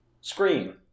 Scream